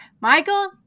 Michael